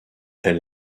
elle